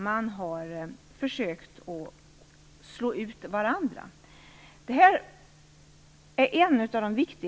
Man har försökt slå ut varandra.